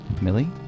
Millie